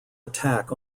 attack